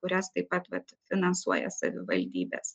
kurias taip pat vat finansuoja savivaldybės